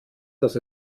dass